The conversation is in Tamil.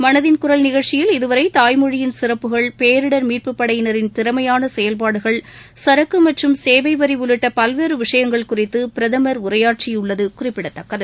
மனதின் குரல் நிகழ்ச்சியில் இதுவரை தாய்மொழியின் சிறப்புகள் பேரிடர் மீட்பு படையினரின் திறமையாள செயல்பாடுகள் சரக்கு சேவை வரி உள்ளிட்ட பல்வேறு விஷயங்கள் குறித்து பிரதமர் உரையாற்றியுள்ளது குறிப்பிடத்தக்கது